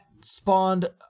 spawned